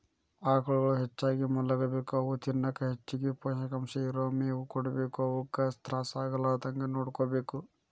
ಆಕಳುಗಳು ಹೆಚ್ಚಾಗಿ ಮಲಗಬೇಕು ಅವು ತಿನ್ನಕ ಹೆಚ್ಚಗಿ ಪೋಷಕಾಂಶ ಇರೋ ಮೇವು ಕೊಡಬೇಕು ಅವುಕ ತ್ರಾಸ ಆಗಲಾರದಂಗ ನೋಡ್ಕೋಬೇಕು